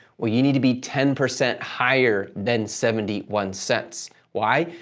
well, you need to be ten percent higher than seventy one cents. why?